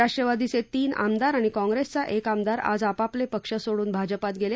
राष्ट्रवादीचे तीन आमदार आणि काँप्रेसचा एक आमदार आज आपापले पक्ष सोडून भाजपात गेले